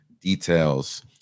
details